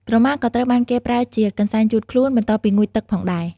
ក្រមាក៏ត្រូវបានគេប្រើជា កន្សែងជូតខ្លួន បន្ទាប់ពីងូតទឹកផងដែរ។